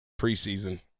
preseason